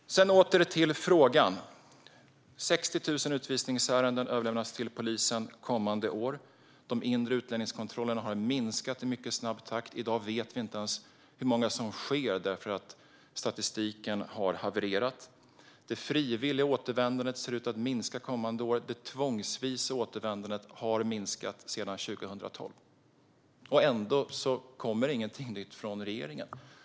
Åter till frågan: 60 000 utvisningsärenden överlämnas till polisen kommande år. De inre utlänningskontrollerna har minskat i mycket snabb takt. I dag vet vi inte ens hur många som sker, eftersom statistiken har havererat. Det frivilliga återvändandet ser ut att minska kommande år, och det tvångsvisa återvändandet har minskat sedan 2012. Ändå kommer det inget nytt från regeringen.